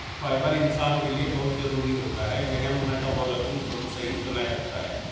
fibre इंसान के लिए बहुत जरूरी होता है यह मटबॉलिज़्म को भी सही बनाए रखता है